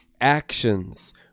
actions